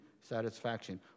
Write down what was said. satisfaction